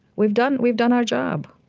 we've done. we've done our job.